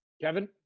Kevin